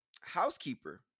housekeeper